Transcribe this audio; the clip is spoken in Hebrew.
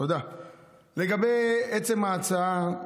טענה הגיונית.